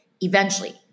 eventually-